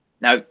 Now